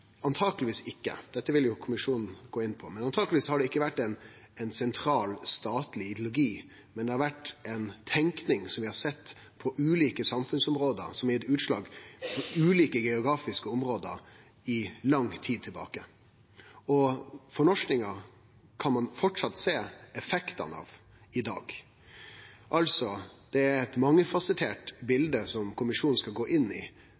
antakeleg ikkje – dette vil kommisjonen gå inn på – vore ein sentral statleg ideologi, men ei tenking vi har sett på ulike samfunnsområde, som har gitt utslag i ulike geografiske område i lang tid tilbake. Fornorskinga kan ein framleis sjå effektane av i dag. Det er altså eit bilde med mange fasettar som kommisjonen skal gå inn i,